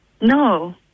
No